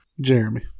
Jeremy